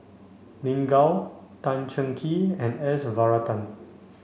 Lin Gao Tan Cheng Kee and S Varathan